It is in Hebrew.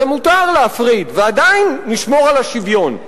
מותר להפריד ועדיין לשמור על השוויון,